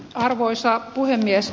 arvoisa puhemies